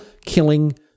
killing